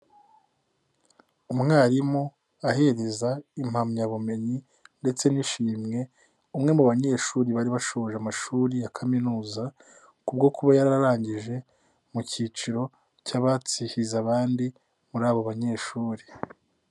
Umwarimu ahereza impamyabumenyi ndetse n'ishimwe, umwe mu banyeshuri bari bashoje amashuri ya kaminuza ku bwo kuba yararangije mu cyiciro cy'abahize abandi muri abo banyeshuri.